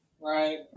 right